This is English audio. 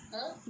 !huh!